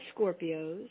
Scorpios